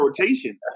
rotation